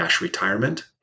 retirement